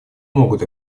могут